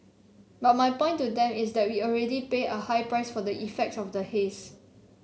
but my point to them is that we already pay a high price for the effects of the haze